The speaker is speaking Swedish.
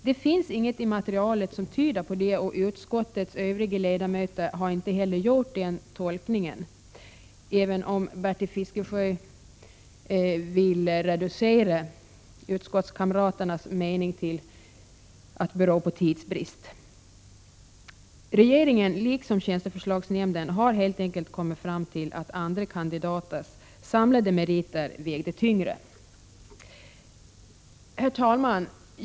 Det finns inget i materielet som tyder på det, och utskottets övriga ledamöter har inte heller gjort den tolkningen, även om Bertil Fiskesjö vill reducera utskottskamraternas ställningstagande till att bero på tidsbrist. Regeringen har liksom tjänsteförslagsnämnden helt enkelt kommit fram till att andra kandidaters samlade meriter vägde tyngre. Herr talman!